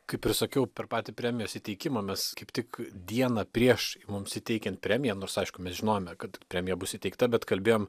kaip ir sakiau per patį premijos įteikimą mes kaip tik dieną prieš mums įteikiant premiją nors aišku mes žinojome kad premija bus įteikta bet kalbėjom